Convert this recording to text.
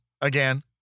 again